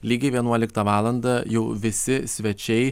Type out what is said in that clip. lygiai vienuoliktą valandą jau visi svečiai